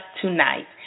tonight